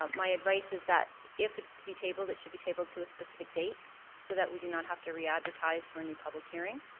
ah my advice is that if it's to be tabled it should be tabled to a spec date so that we do not have to readvertise for a new public hearing.